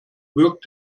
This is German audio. wirkt